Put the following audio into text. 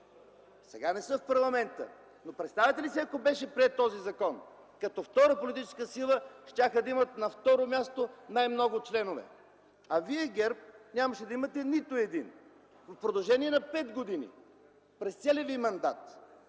Сега не са в парламента, но представяте ли си, ако беше приет този закон, като втора политическа сила щяха да имат на второ място най-много членове, а вие – ГЕРБ, нямаше да имате нито един в продължение на пет години, през целия ви мандат.